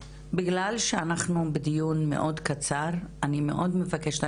ששי, בגלל שאנחנו בדיון מאוד קצר אני מאוד מבקשת.